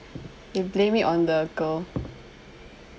they blame it on the girl